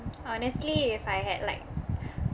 honestly if I had like